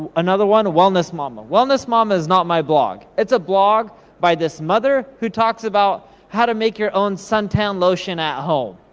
another one, wellness mama. wellness mama is not my blog. it's a blog by this mother who talks about how to make your own suntan lotion at home.